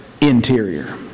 interior